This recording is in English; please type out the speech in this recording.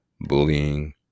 bullying